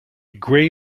gray